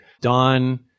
Don